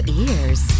ears